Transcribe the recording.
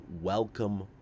welcome